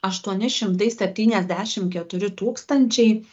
aštuoni šimtai septyniasdešim keturi tūkstančiai